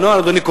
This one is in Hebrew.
אדוני,